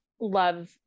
love